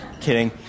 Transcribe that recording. Kidding